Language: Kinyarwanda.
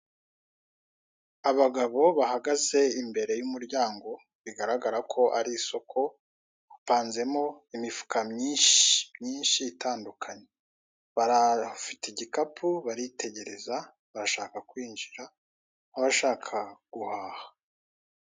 Abagabo bahagaze imbere y'umuryango, bigararaga ko ari isoko, hapanzemo imifuka myinshi, myinshi itandukanye, barafite igikapu, baritegereza, barashaka kwinjira nk'abashaka guhaha.